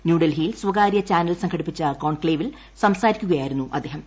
ന്യൂഡൽഹിയിൽ സ്വകാര്യ ചാനൽ സംഘടിപ്പിച്ച കോൺക്ലേവിൽ സംസാരിക്കുകയായിരുന്നു അദ്ദേഹം